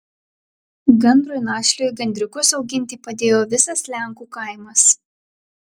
gandrui našliui gandriukus auginti padėjo visas lenkų kaimas